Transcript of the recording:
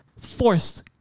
forced